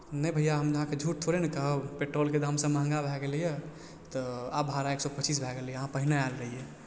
नहि भैया हम अहाँके झूठ थोड़े ने कहब पेट्रोलके दाम सभ महँगा भए गेलै यऽ तऽ आब भाड़ा एक सए पचीस भए गेलै अहाँ पहिने आयल रहियै